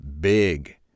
big